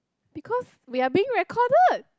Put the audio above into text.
because we are being recorded